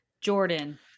Jordan